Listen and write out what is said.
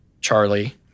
Charlie